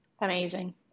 Amazing